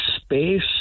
space